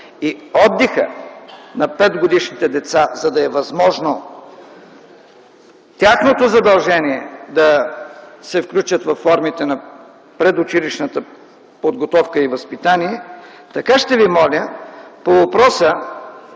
и отдиха на 5-годишните деца, за да е възможно тяхното задължение да се включат във формите на предучилищната подготовка и възпитание, така ще ви моля по въпроса